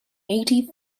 eighty